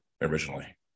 originally